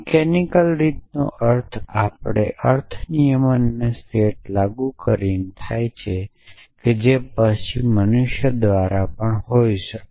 mechanical રીતેનો આપણો અર્થ નિયમોનો સેટ લાગુ કરીને થાય છે જે પછી મનુષ્ય દ્વારા પણ હોઈ શકે